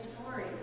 story